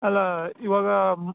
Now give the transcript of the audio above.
ಅಲ್ಲ ಇವಾಗ